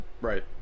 Right